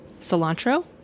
cilantro